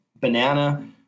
banana